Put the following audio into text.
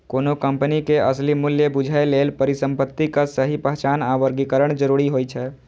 कोनो कंपनी के असली मूल्य बूझय लेल परिसंपत्तिक सही पहचान आ वर्गीकरण जरूरी होइ छै